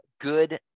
good